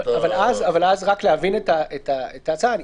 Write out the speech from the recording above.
רק להבין את ההצעה.